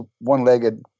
one-legged